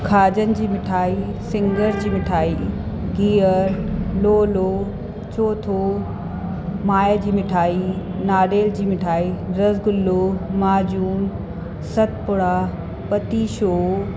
खाॼनि जी मिठाई सिङर जी मिठाई गिहर लोलो चौथो माए जी मिठाई नारेल जी मिठाई रसगुलो माजून सतपुड़ा पतीशो